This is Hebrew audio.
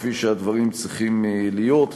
כפי שהדברים צריכים להיות.